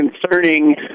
concerning